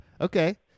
okay